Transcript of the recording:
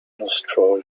nostrils